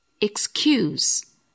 Excuse